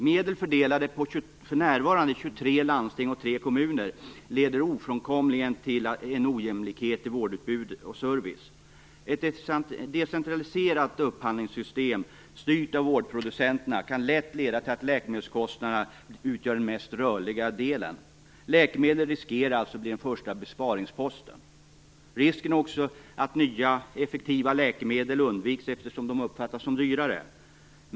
Medel fördelade på för närvarande 23 landsting och 3 kommuner leder ofrånkomligen till en ojämlikhet i vårdutbud och service. Ett decentraliserat upphandlingssystem styrt av vårdproducenterna kan lätt leda till att läkemedelskostnaderna kommer att utgöra den mest rörliga delen. Läkemedel riskerar alltså att bli den första besparingsposten. Risken är också att nya effektiva läkemedel undviks, eftersom de uppfattas som dyrare.